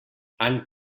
any